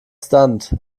stunt